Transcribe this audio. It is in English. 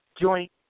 joint